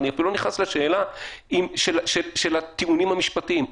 אני אפילו לא נכנס לשאלה של הטיעונים המשפטיים.